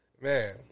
Man